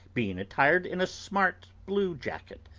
being attired in a smart blue jacket,